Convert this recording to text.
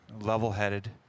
level-headed